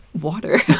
water